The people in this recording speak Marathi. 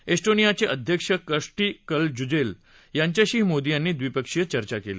ऐस्टोनियाचे अध्यक्ष कर्स्टी कलजुलेद यांच्याशीही मोदी यांनी द्विपक्षीय चर्चा केली